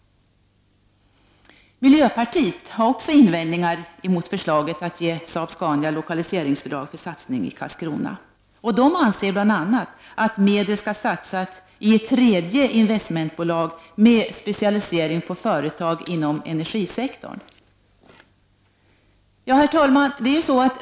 Miljöpartiet har också invändningar mot förslaget att ge Saab-Scania lokaliseringsbidrag för satsning i Karlskrona. Miljöpartiet anser bl.a. att medel skall satsas i ett tredje investmentbolag med specialisering på företag inom energisektorn. Herr talman!